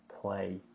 play